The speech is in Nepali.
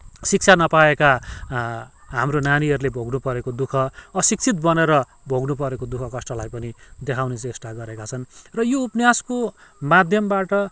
शिक्षा नपाएका हाम्रो नानीहरूले भोग्नुपरेको दुःख अशिक्षित बनेर भोग्नुपरेको दुःख कष्टलाई पनि देखाउने चेष्टा गरेका छन् र यो उपन्यासको माध्यमबाट